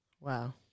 Wow